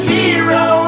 hero